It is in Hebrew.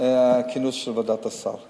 הכינוס של ועדת הסל.